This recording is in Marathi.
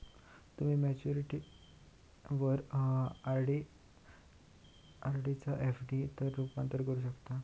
तुम्ही मॅच्युरिटीवर आर.डी चा एफ.डी त रूपांतर करू शकता